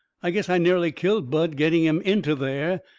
i guess i nearly killed bud getting him into there.